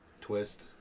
twist